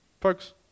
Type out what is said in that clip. Folks